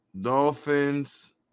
Dolphins